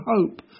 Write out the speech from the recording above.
hope